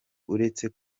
uretse